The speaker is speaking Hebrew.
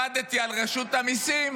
עבדתי על רשות המיסים,